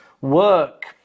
work